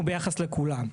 הוא ביחס לכולם.